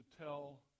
tell